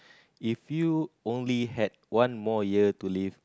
if you only had one more year to live